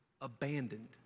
abandoned